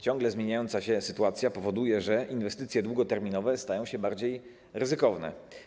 Ciągle zmieniająca się sytuacja powoduje, że inwestycje długoterminowe stają się bardziej ryzykowne.